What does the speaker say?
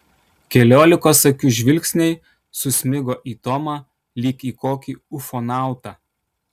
keliolikos akių žvilgsniai susmigo į tomą lyg į kokį ufonautą